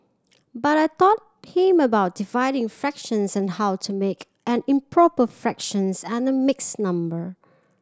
but I taught him about dividing fractions and how to make an improper fractions and a mixed number